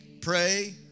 pray